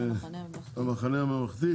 המחנה הממלכתי?